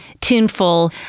tuneful